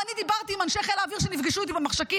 ואני דיברתי עם אנשי חיל האוויר שנפגשו איתי במחשכים,